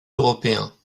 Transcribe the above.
européens